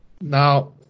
Now